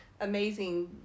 amazing